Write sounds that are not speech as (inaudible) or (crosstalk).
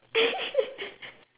(laughs)